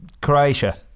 Croatia